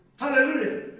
Hallelujah